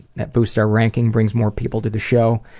that boosts our ranking, brings more people to the show.